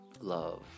love